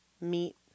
meat